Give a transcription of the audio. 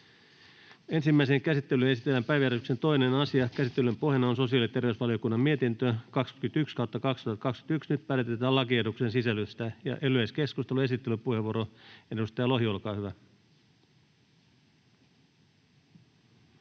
Ensimmäiseen käsittelyyn esitellään päiväjärjestyksen 2. asia. Käsittelyn pohjana on sosiaali‑ ja terveysvaliokunnan mietintö StVM 21/2021 vp. Nyt päätetään lakiehdotuksen sisällöstä. — Yleiskeskustelu, esittelypuheenvuoro, edustaja Lohi, olkaa hyvä.